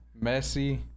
Messi